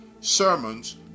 sermons